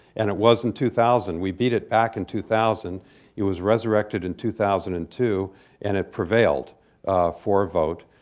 and it was in two thousand. we beat it back in two thousand it was resurrected in two thousand and two and it prevailed for a vote.